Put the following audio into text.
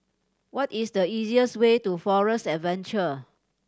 what is the easiest way to Forest Adventure